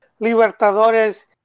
Libertadores